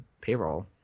payroll